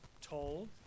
told